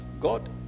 God